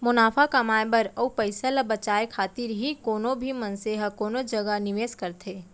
मुनाफा कमाए बर अउ पइसा ल बचाए खातिर ही कोनो भी मनसे ह कोनो जगा निवेस करथे